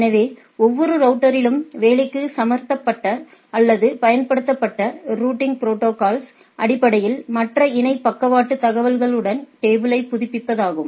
எனவே ஒவ்வொரு ரவுட்டரிலும் வேலைக்கு அமர்த்தப்பட்ட அல்லது பயன்படுத்தப்பட்ட ரூட்டிங் ப்ரோடோகால்ஸ் அடிப்படையில் மற்ற இணை பக்கவாட்டு தகவல்களுடன் டேபிளை புதுப்பிப்பதாகும்